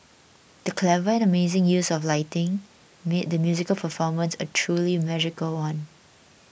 the clever and amazing use of lighting made the musical performance a truly magical one